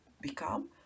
become